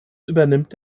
übernimmt